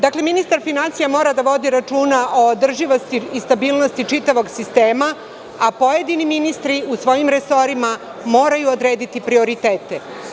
Dakle, ministar finansija mora da vodi računa o održivosti i stabilnosti čitavog sistema, a pojedini ministri u svojim resorima moraju odrediti prioritete.